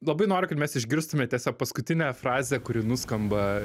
labai noriu kad mes išgirstume tiesiog paskutinę frazę kuri nuskamba